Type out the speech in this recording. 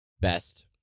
best